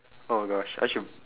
oh gosh I should